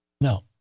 No